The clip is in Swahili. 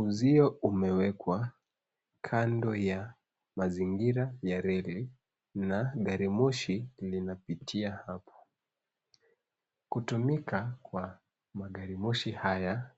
Uzio umewekwa kando ya mazingira ya reli na gari moshi linapitia hapo. Kutumika kwa magari moshi haya